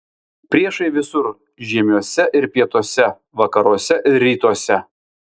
priešai visur žiemiuose ir pietuose vakaruose ir rytuose